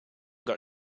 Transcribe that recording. got